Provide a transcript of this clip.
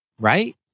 right